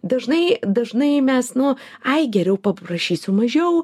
dažnai dažnai mes nu ai geriau paprašysiu mažiau